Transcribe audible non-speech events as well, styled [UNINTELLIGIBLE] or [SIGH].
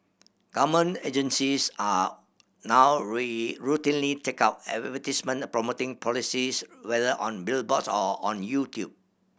government agencies are now [UNINTELLIGIBLE] routinely take out advertisements promoting policies whether on billboards or on YouTube